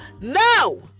No